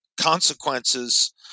consequences